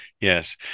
Yes